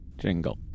Jingle